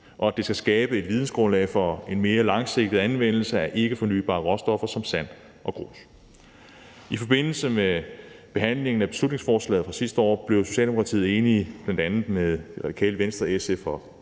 og at der skal skabes et vidensgrundlag for en mere langsigtet anvendelse af ikkefornybare råstoffer som sand og grus. I forbindelse med behandlingen af beslutningsforslaget fra sidste år blev Socialdemokratiet enige med bl.a. Radikale Venstre, SF og